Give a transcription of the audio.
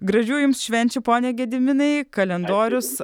gražių jums švenčių pone gediminai kalendorius